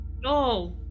No